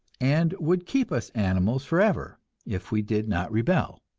and would keep us animals forever if we did not rebel.